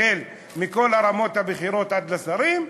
החל בכל הרמות הבכירות עד לשרים,